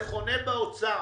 זה חונה באוצר.